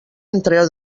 entre